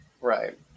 Right